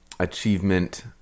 achievement